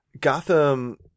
Gotham